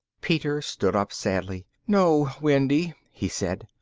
peter stood up sadly. no, wendy, he said,